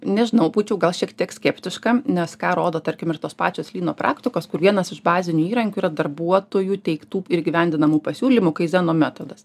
nežinau būčiau gal šiek tiek skeptiška nes ką rodo tarkim ir tos pačios lyno praktikos kur vienas iš bazinių įrankių yra darbuotojų teigtų ir įgyvendinamų pasiūlymų kai zeno metodas